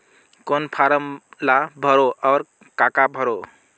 कौन फारम ला भरो और काका भरो?